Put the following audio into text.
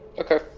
Okay